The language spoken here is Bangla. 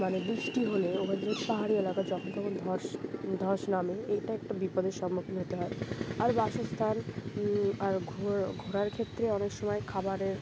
মানে বৃষ্টি হলে ওখানে যেহেতু পাহাড়ি এলাকা যখন তখন ধস ধস নামে এইটা একটা বিপদের সম্মুখীন হতে হয় আর বাসস্থান আর ঘোরার ক্ষেত্রে অনেক সময় খাবারের